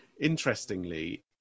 Interestingly